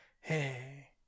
Hey